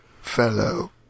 fellow